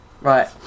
Right